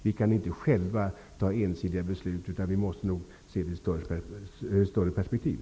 Vi kan inte själva fatta ensidiga beslut, utan vi måste nog se detta i ett större perspektiv.